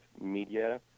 media